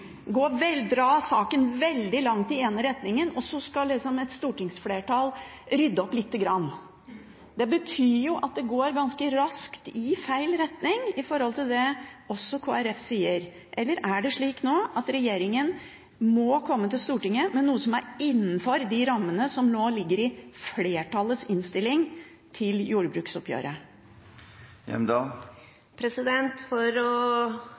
går ganske raskt i feil retning i forhold til det også Kristelig Folkeparti sier. Eller er det slik nå at regjeringen må komme til Stortinget med noe som er innenfor de rammene som ligger i flertallets innstilling til jordbruksoppgjøret? For